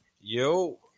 yo